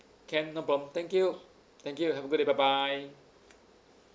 can no problem thank you thank you have a good day bye bye